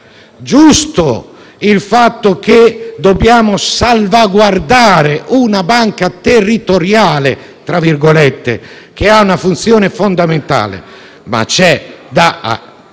giusto il fatto che dobbiamo salvaguardare una banca "territoriale" che ha una funzione fondamentale, ma c'è da governare